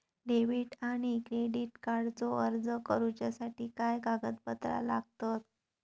Debit आणि credit कार्डचो अर्ज करुच्यासाठी काय कागदपत्र लागतत?